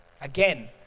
Again